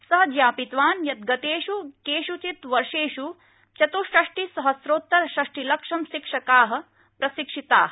सः ज्ञापितवान् यत् गतेष् केषचित् वर्षेष् चत्ष्षष्टिसहस्रोत्तर षष्टिलक्षं शिक्षकाः प्रशिक्षिताः